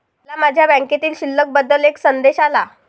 मला माझ्या बँकेतील शिल्लक बद्दल एक संदेश आला